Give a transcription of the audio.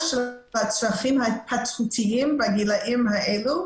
על הצרכים ההתפתחותיים בגילאים האלו,